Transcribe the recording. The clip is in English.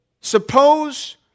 Suppose